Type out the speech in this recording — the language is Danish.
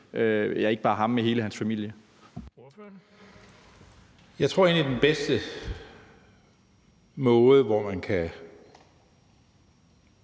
ja, ikke bare ham, men hele hans familie?